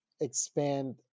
expand